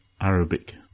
Arabic